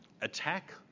attack